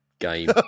Game